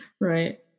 Right